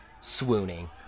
swooning